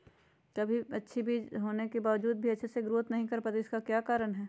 कभी बीज अच्छी होने के बावजूद भी अच्छे से नहीं ग्रोथ कर पाती इसका क्या कारण है?